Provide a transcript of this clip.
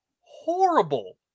horrible